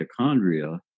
mitochondria